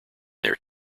their